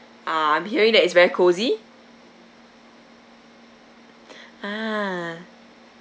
ah I'm hearing that it's very cosy ah